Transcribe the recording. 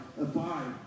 abide